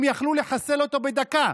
הם יכלו לחסל אותו בדקה,